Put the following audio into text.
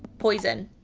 poison.